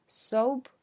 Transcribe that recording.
soap